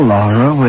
Laura